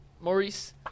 Maurice